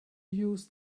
use